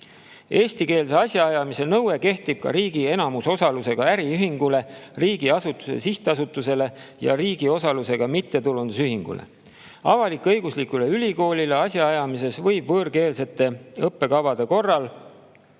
Eestikeelse asjaajamise nõue kehtib ka riigi enamusosalusega äriühingule, riigi asutatud sihtasutusele ja riigi osalusega mittetulundusühingule. Avalik-õiguslike ülikoolide asjaajamises võib võõrkeelsete õppekavade korral